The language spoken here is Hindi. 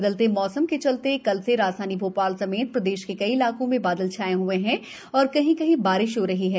बदले मौसम के चलते कल से राजधानी भोपाल समेत प्रदेश के कई इलाकों में बादल छाए हुए हैं और कहीं कहीं बारिश हो रही है